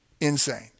insane